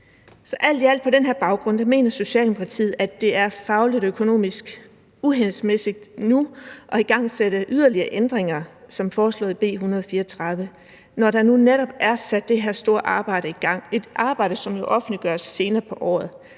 Så alt i alt og på den her baggrund mener Socialdemokratiet, at det er fagligt og økonomisk uhensigtsmæssigt at igangsætte yderligere ændringer som foreslået i B 134 nu, når der netop er sat det her store arbejde i gang, et arbejde, som jo offentliggøres senere på året.